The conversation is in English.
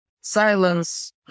silence